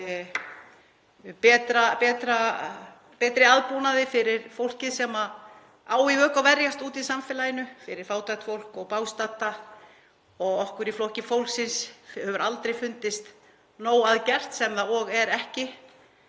betri aðbúnaði fyrir fólkið sem á í vök að verjast úti í samfélaginu, fyrir fátækt fólk og bágstadda. Og okkur í Flokki fólksins hefur aldrei fundist nóg að gert sem það er heldur ekki,